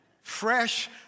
Fresh